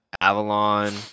Avalon